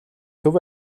төв